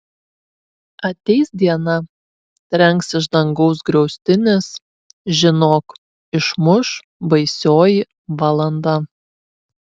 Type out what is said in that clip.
ateis diena trenks iš dangaus griaustinis žinok išmuš baisioji valanda